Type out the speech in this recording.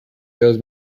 sales